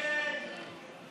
המשותפת וקבוצת